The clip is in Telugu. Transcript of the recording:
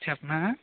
చెప్పనా